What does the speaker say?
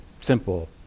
simple